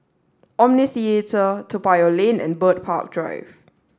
Omni Theatre Toa Payoh Lane and Bird Park Drive